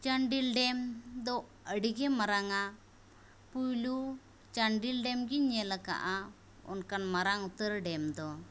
ᱪᱟᱱᱰᱤᱞ ᱰᱮᱢᱫᱚ ᱟᱹᱰᱤᱜᱮ ᱢᱟᱨᱟᱝᱟ ᱯᱩᱭᱞᱩ ᱪᱟᱱᱰᱤᱞ ᱰᱮᱢᱜᱮᱧ ᱧᱮᱞ ᱟᱠᱟᱫᱟ ᱚᱱᱠᱟᱱ ᱢᱟᱨᱟᱝᱩᱛᱟᱹᱨ ᱰᱮᱢᱫᱚ